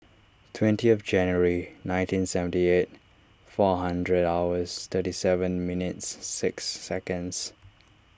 twentieth January nineteen seventy eight four hundred hours thirty seven minutes six seconds